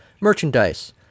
merchandise